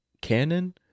canon